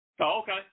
Okay